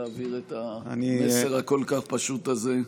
להעביר את המסר הכל-כך פשוט הזה.